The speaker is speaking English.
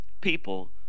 People